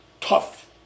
tough